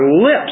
lips